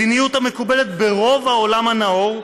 מדיניות המקובלת ברוב העולם הנאור,